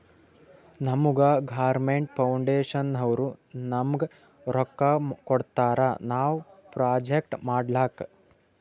ನಮುಗಾ ಗೌರ್ಮೇಂಟ್ ಫೌಂಡೇಶನ್ನವ್ರು ನಮ್ಗ್ ರೊಕ್ಕಾ ಕೊಡ್ತಾರ ನಾವ್ ಪ್ರೊಜೆಕ್ಟ್ ಮಾಡ್ಲಕ್